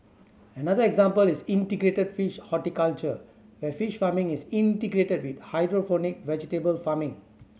another example is integrated fish horticulture where fish farming is integrated with hydroponic vegetable farming